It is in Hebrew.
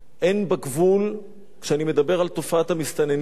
הן בגבול, כשאני מדבר על תופעת המסתננים,